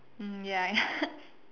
mmhmm ya ya